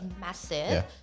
massive